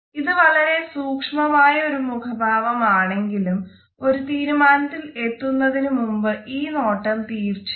ഇത് വളരെ സൂക്ഷ്മമായ ഒരു മുഖഭാവം ആണെങ്കിലും ഒരു തീരുമാനത്തിൽ എത്തുന്നതിനു മുൻപ് ഈ നോട്ടം തീർച്ചയാണ്